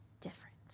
Different